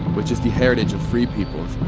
which is the heritage of free peoples,